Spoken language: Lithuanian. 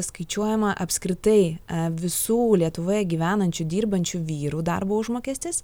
skaičiuojama apskritai visų lietuvoje gyvenančių dirbančių vyrų darbo užmokestis